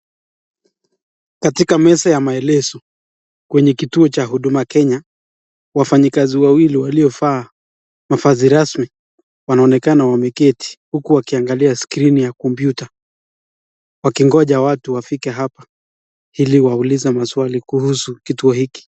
Katika meza ya maelezo kwenye kituo cha Huduma Kenya, wafanyikazi wawili waliovaa mavazi rasmi wanaonekana wameketi huku wakiangalia skrini ya kompyuta wakingoja watu wafike hapa ili waulize maswali kuhusu kituo hiki.